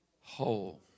whole